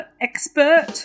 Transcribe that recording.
expert